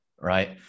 Right